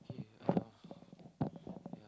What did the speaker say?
okay uh yeah